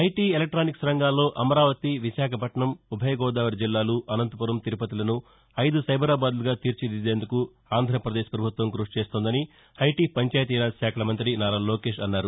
IT electronics రంగాల్లో అమరావతి విశాఖపట్నం ఉభయ గోదావరి జిల్లాలు అనంతపురం తిరుపతిలను ఐదు సైబరాబాద్లుగా తీర్చిదిద్దేందుకు ఆంధ్రప్రదేశ్ ప్రభుత్వం కృషి చేస్తోందని ఐటీ పంచాయతీరాజ్ శాఖల మంతి నారా లోకేష్ అన్నారు